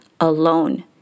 alone